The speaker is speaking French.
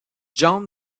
john